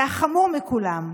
זה החמור מכולן.